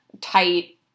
tight